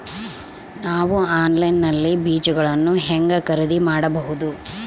ನಾವು ಆನ್ಲೈನ್ ನಲ್ಲಿ ಬೇಜಗಳನ್ನು ಹೆಂಗ ಖರೇದಿ ಮಾಡಬಹುದು?